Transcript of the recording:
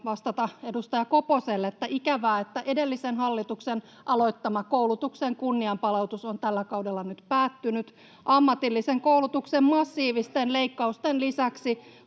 vastata edustaja Koposelle, että ikävää, että edellisen hallituksen aloittama koulutuksen kunnianpalautus on tällä kaudella nyt päättynyt. [Timo Heinonen: Nonni, vastauspuheenvuoro!